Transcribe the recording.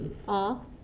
ah